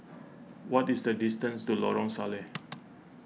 what is the distance to Lorong Salleh